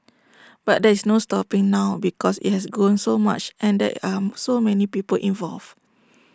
but there's no stopping now because IT has grown so much and there are so many people involved